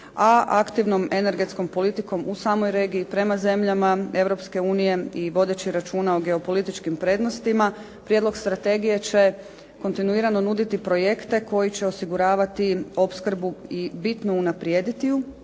a aktivnom energetskom politikom u samoj regiji prema zemljama Europske unije, a vodeći računa o geopolitičkim područjima, prijedlog strategije će kontinuirano ponuditi projekte koji će osiguravati opskrbu i bitno unaprijediti ju